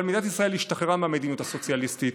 אבל מדינת ישראל השתחררה מהמדיניות הסוציאליסטית